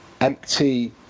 empty